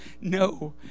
No